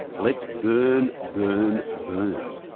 let's burn, burn, burn!